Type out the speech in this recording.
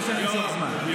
עד שבאתי לדבר, זה לא יפה.